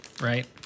right